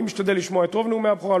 אני משתדל לשמוע את רוב נאומי הבכורה,